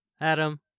adam